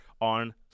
on